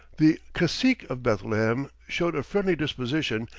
the cacique of bethlehem showed a friendly disposition,